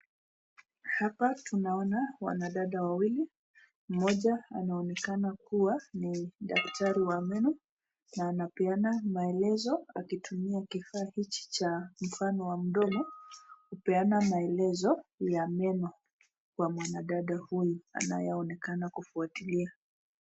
Hapa tunaona wanadada wawili moja anaonekana kuwa ni daktari wa meno na anapeana maelezo akitumia kifaa hiki cha mfano wa mdomo kupeana maelezo ya meno kwa mwanadada huyu anayeonekana kufuatilia.